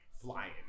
Flying